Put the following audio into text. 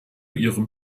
ihrem